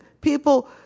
people